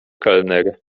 kelner